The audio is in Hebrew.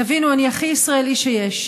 תבינו, אני הכי ישראלי שיש.